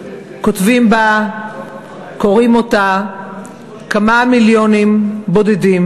וכותבים בה וקוראים אותה כמה מיליונים בודדים.